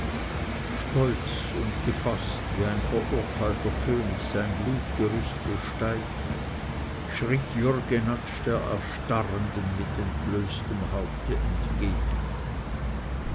stolz und gefaßt wie ein verurteilter könig sein blutgerüst besteigt schritt jürg jenatsch der erstarrenden mit entblößtem haupte entgegen